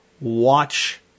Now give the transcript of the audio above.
Watch